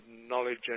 knowledge